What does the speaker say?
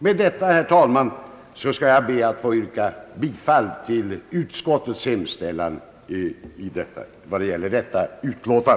Med detta, herr talman, ber jag att få yrka bifall till utskottets hemställan.